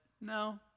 no